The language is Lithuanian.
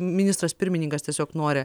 ministras pirmininkas tiesiog nori